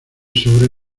sobre